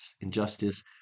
Injustice